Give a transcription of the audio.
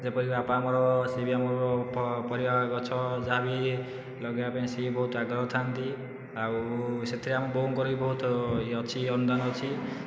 ଯେପରିକି ବାପା ଆମର ସେ ବି ଆମର ପରିବା ଗଛ ଯାହାବି ଲଗେଇବା ପାଇଁ ସେ ବି ବହୁତ ଆଗ୍ରହ ଥାଆନ୍ତି ଆଉ ସେଥିରେ ଆମ ବୋଉଙ୍କର ବି ବହୁତ ଇଏ ଅଛି ଅନୁଦାନ ଅଛି